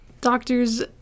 doctors